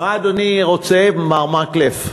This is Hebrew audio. מה אדוני רוצה, מר מקלב?